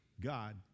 God